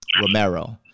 Romero